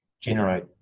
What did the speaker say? generate